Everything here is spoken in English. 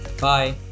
Bye